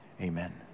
Amen